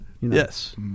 Yes